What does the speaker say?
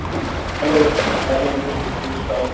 hello Rajhans book stall